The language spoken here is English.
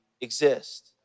exist